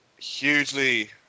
hugely